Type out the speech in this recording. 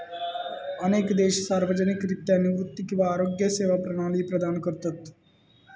अनेक देश सार्वजनिकरित्या निवृत्ती किंवा आरोग्य सेवा प्रणाली प्रदान करतत